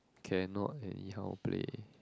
cannot anyhow play